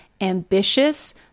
ambitious